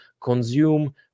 consume